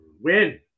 win